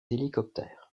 hélicoptères